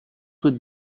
with